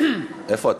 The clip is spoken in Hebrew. איפה אתה?